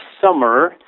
summer